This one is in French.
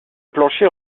plancher